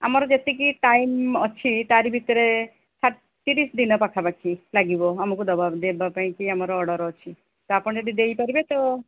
ଆମର ଯେତିକି ଟାଇମ୍ ଅଛି ତାରି ଭିତରେ ତିରିଶ ଦିନ ପାଖାପାଖି ଲାଗିବ ଆମକୁ ଦେବା ଦେବା ପାଇଁକି ଆମର ଅର୍ଡ଼ର ଅଛି ତ ଆପଣ ଯଦି ଦେଇ ପାରିବେ ତ